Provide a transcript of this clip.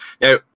now